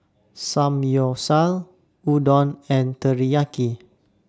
Samgyeopsal Udon and Teriyaki